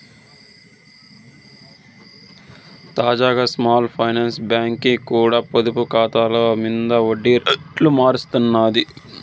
తాజాగా small finance బాంకీ కూడా పొదుపు కాతాల మింద ఒడ్డి రేట్లు మార్సినాది